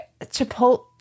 chipotle